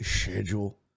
schedule